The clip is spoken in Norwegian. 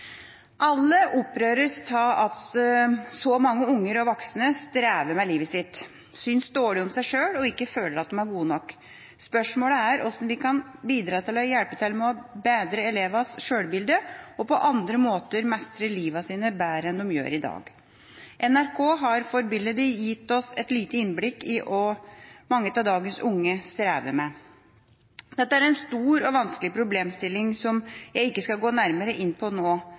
Alle opprøres av at så mange barn og voksne strever med livet sitt, synes dårlig om seg sjøl og ikke føler at de er gode nok. Spørsmålet er hvordan vi kan bidra til å hjelpe til med å bedre elevenes sjølbilde og på andre måter mestre livet sitt bedre enn de gjør i dag. NRK har forbilledlig gitt oss et lite innblikk i hva mange av dagens unge strever med. Dette er en stor og vanskelig problemstilling, som jeg ikke skal gå nærmere inn på nå.